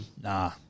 Nah